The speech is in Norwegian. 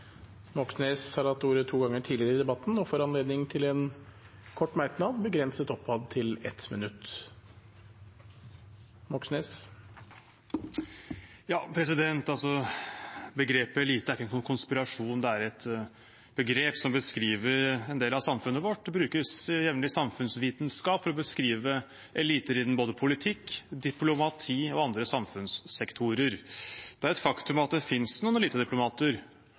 har hatt ordet to ganger tidligere og får ordet til en kort merknad, begrenset til 1 minutt. Begrepet «elite» er ikke en konspirasjon, det er et begrep som beskriver en del av samfunnet vårt. Det brukes jevnlig i samfunnsvitenskap for å beskrive eliter innen både politikk, diplomati og andre samfunnssektorer. Det er et faktum at det finnes noen